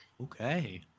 Okay